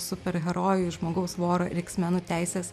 superherojų ir žmogaus voro ir iks menų teisės